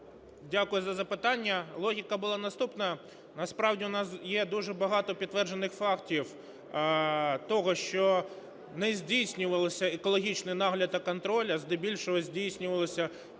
Дякую за запитання. Логіка була наступною. Насправді у нас є дуже багато підтверджених фактів того, що не здійснювалися екологічний нагляд та контроль, а здебільшого здійснювалися певні зловживання